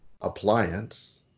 appliance